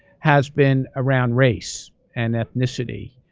has been around race and ethnicity.